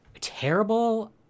Terrible